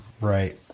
Right